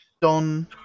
Don